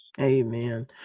Amen